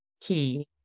key